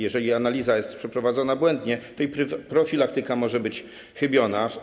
Jeżeli analiza jest przeprowadzona błędnie, to i profilaktyka może być chybiona.